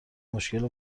مشکل